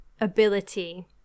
ability